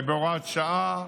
בהוראת שעה,